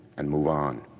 and move on.